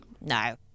No